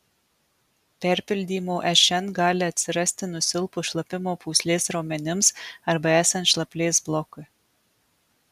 perpildymo šn gali atsirasti nusilpus šlapimo pūslės raumenims arba esant šlaplės blokui